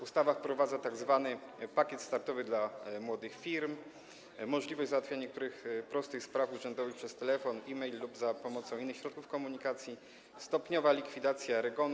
Ustawa wprowadza tzw. pakiet startowy dla młodych firm, możliwość załatwienia niektórych prostych spraw urzędowych przez telefon, e-mail lub za pomocą innych środków komunikacji i stopniowo likwiduje REGON.